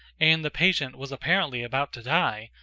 and the patient was apparently about to die,